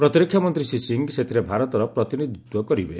ପ୍ରତିରକ୍ଷା ମନ୍ତ୍ରୀ ଶ୍ରୀ ସିଂହ ସେଥିରେ ଭାରତର ପ୍ରତିନିଧିତ୍ୱ କରିବେ